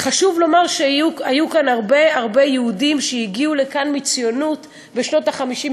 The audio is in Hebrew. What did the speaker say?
חשוב לומר שהיו הרבה יהודים שהגיעו לכאן מציונות בשנות ה-50,